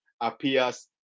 appears